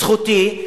זכותי,